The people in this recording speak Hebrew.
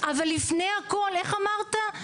אבל לפני הכול, איך אמרת?